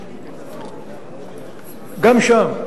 גם שם,